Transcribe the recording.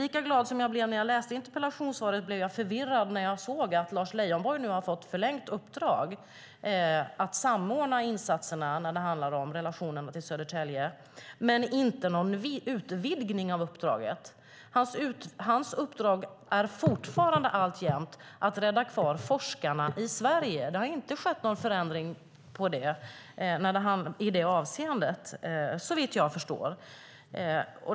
Lika glad som jag blev när jag läste interpellationssvaret, lika förvirrad blev jag dock när jag såg att Lars Leijonborg nu har fått förlängt uppdrag att samordna insatserna när det gäller relationen till Södertälje - men ingen utvidgning av uppdraget. Hans uppdrag är alltjämt att rädda kvar forskarna i Sverige. Det har inte skett någon förändring i det avseendet, såvitt jag förstår.